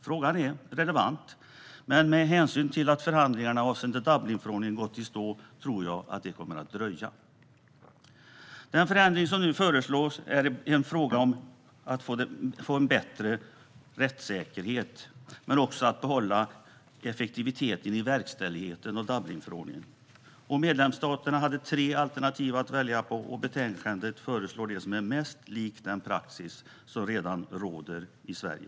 Frågan är relevant, men med hänsyn till att förhandlingarna avseende Dublinförordningen gått i stå tror jag att det kommer att dröja. Den förändring som föreslås handlar om att få bättre rättssäkerhet men också om att behålla effektiviteten i verkställigheten av Dublinförordningen. Medlemsstaterna hade tre alternativ att välja på, och betänkandet föreslår det som är mest likt den praxis som redan råder i Sverige.